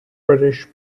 british